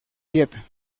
dieta